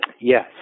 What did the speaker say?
Yes